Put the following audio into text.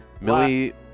Millie